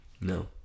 No